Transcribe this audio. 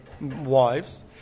wives